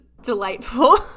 delightful